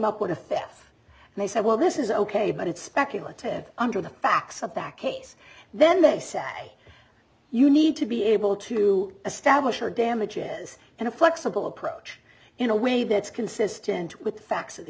up with a fifth and they said well this is ok but it's speculative under the facts of that case then they say you need to be able to establish your damages and a flexible approach in a way that's consistent with the facts of the